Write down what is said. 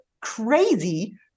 crazy